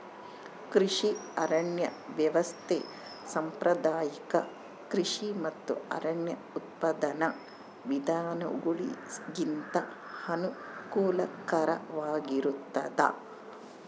ಕೃಷಿ ಅರಣ್ಯ ವ್ಯವಸ್ಥೆ ಸಾಂಪ್ರದಾಯಿಕ ಕೃಷಿ ಮತ್ತು ಅರಣ್ಯ ಉತ್ಪಾದನಾ ವಿಧಾನಗುಳಿಗಿಂತ ಅನುಕೂಲಕರವಾಗಿರುತ್ತದ